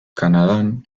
kanadan